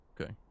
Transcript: okay